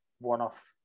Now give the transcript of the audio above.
one-off